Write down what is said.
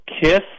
kiss